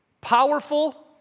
powerful